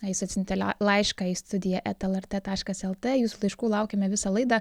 na jis atsiuntė laišką į studija eta lrt taškas lt jūsų laiškų laukiame visą laidą